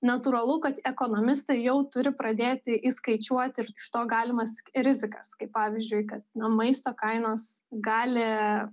natūralu kad ekonomistai jau turi pradėti įskaičiuoti ir iš to galimas rizikas kaip pavyzdžiui kad nu maisto kainos gali